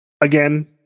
Again